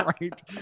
right